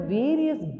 various